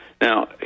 Now